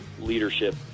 leadership